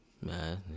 Man